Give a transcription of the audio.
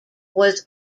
was